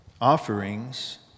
offerings